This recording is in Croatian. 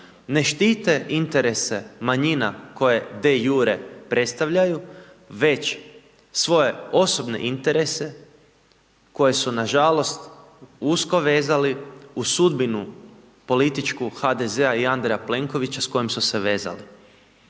ne štite interese manjina koje de jure predstavljaju, već svoje osobne interese koje su, nažalost, usko vezali uz sudbinu političku HDZ-a i Andreja Plenkovića s kojom su se vezali.